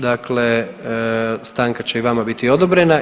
Dakle stanka će i vama biti odobrena.